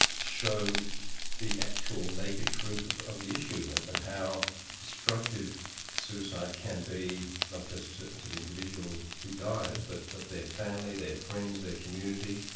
show the actual naked truth of the issue and and how destructive suicide can be, not just to to the individual who dies but but their family, their friends, their community.